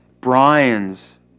Brian's